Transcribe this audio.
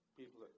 People